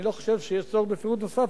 אני לא חושב שיש צורך בפירוט נוסף.